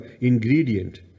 ingredient